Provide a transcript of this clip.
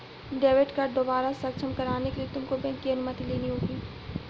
debit card दोबारा से सक्षम कराने के लिए तुमको बैंक की अनुमति लेनी होगी